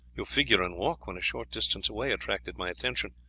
your figure and walk, when a short distance away, attracted my attention,